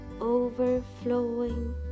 overflowing